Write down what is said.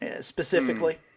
specifically